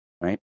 right